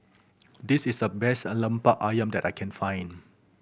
this is the best a lempark ayam that I can find